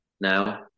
now